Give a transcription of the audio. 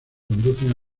conducen